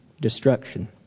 Destruction